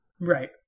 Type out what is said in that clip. Right